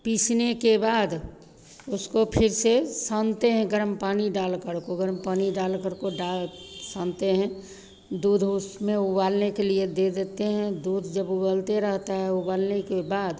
पीसने के बाद उसको फिर से सानते हैं गरम पानी डालकर को गरम पानी डालकर को डाल सानते हैं दूध उसमें उबालने के लिए दे देते हैं दूध जब उबलते रहता है उबलने के बाद